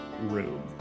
room